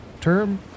term